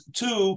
two